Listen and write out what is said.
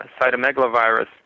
cytomegalovirus